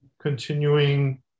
continuing